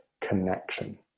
connection